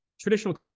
traditional